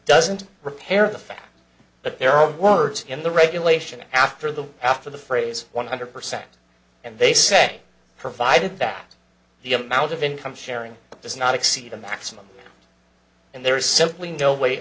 doesn't repair the fact but there are words in the regulation after the after the phrase one hundred percent and they say provided that the amount of income sharing does not exceed a maximum and there is simply no way